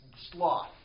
sloth